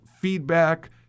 feedback